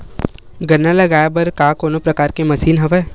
गन्ना लगाये बर का कोनो प्रकार के मशीन हवय?